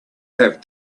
have